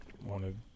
wanted